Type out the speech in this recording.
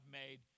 made